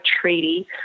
treaty